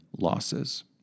losses